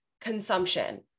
consumption